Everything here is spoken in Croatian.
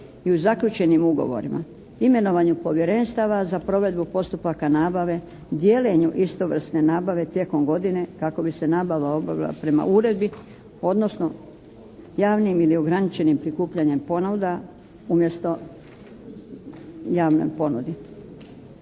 i o zaključenim ugovorima imenovanju povjerenstava za provedbu postupaka nabave, dijeljenju istovrsne nabave tijekom godine kako bi se nabava obavila prema uredbi odnosno javnim ili ograničenim prikupljanjem ponuda umjesto javnoj ponudi.